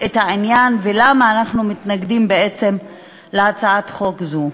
את העניין ולמה אנחנו מתנגדים בעצם להצעת החוק הזו.